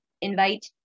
invite